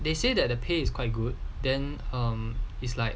they say that the pay is quite good then um it's like